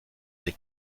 des